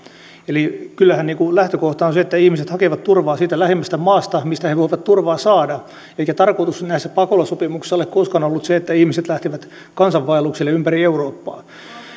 eli kyllähän lähtökohta on se että ihmiset hakevat turvaa siitä lähimmästä maasta mistä he voivat turvaa saada eikä tarkoituksena näissä pakolaissopimuksissa ole koskaan ollut se että ihmiset lähtevät kansanvaellukselle ympäri eurooppaa